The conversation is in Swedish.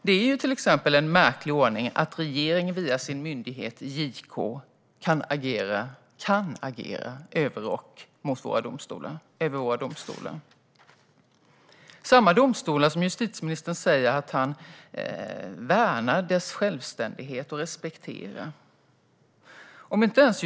Det är till exempel en märklig ordning att regeringen via sin myndighet JK kan agera överrock över våra domstolar - samma domstolar som justitieministern säger att han respekterar och vars självständighet han säger sig värna.